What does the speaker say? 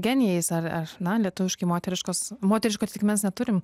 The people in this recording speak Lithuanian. genijais arar na lietuviškai moteriškos moteriško atitikmens neturim